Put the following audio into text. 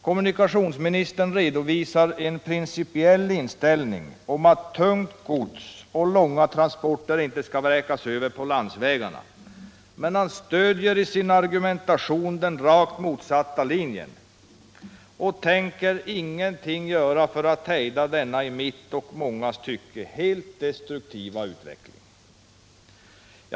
Kommunikationsministern redovisar en principiell inställning att tungt gods och långa transporter inte skall vräkas över på landsvägarna, men han stöder i sin argumentation den rakt motsatta linjen och tänker ingenting göra för att hejda denna i mitt och mångas tycke helt destruktiva utveckling.